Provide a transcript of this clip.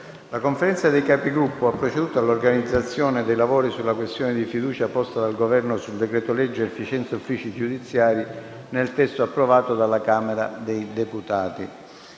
La Conferenza dei Capigruppo ha proceduto all'organizzazione dei lavori sulla questione di fiducia posta dal Governo sul decreto-legge sull'efficienza degli uffici giudiziari, nel testo approvato dalla Camera dei deputati.